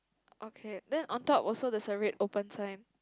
okay then on top also there's a red open sign